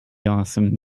awesome